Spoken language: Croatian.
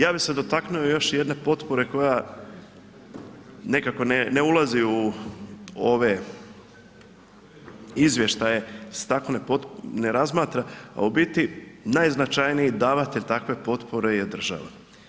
Ja bih se dotaknuo još jedne potpore koja nekako ne ulazi u ove izvještaje se tako ne razmatra, a u biti najznačajniji davatelj takve potpore je država.